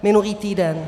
Minulý týden.